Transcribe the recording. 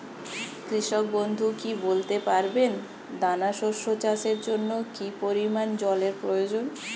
কৃষক বন্ধু কি বলতে পারবেন দানা শস্য চাষের জন্য কি পরিমান জলের প্রয়োজন?